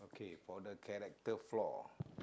okay for the character flaw